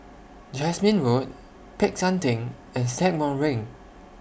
Jasmine Road Peck San Theng and Stagmont Ring